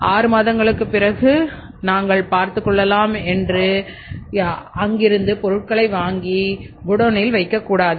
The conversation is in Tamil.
எனவே 6 மாதங்களுக்குப் பிறகு நாங்கள் பார்த்துக் கொள்ளலாம் பார்த்துக்கொள்ளலாம் என்று இருந்துவிடக் கூடாது